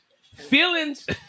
Feelings